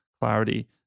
clarity